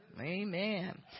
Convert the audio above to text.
Amen